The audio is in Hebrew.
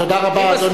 תודה רבה, אדוני.